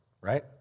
right